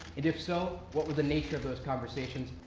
and if so, what was the nature of those conversations?